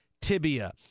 tibia